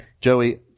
Joey